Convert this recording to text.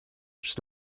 just